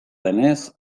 denez